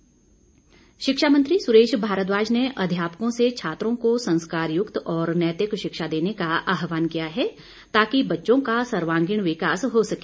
सुरेश भारद्वाज शिक्षा मंत्री सुरेश भारद्वाज ने अध्यापकों से छात्रों को संस्कारयुक्त और नैतिक शिक्षा देने का आह्वान किया है ताकि बच्चों का सर्वांगीण विकास हो सके